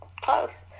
Close